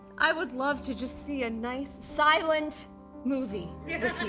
i would love to just see a nice silent movie